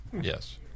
Yes